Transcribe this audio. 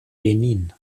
benin